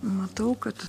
matau kad